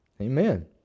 Amen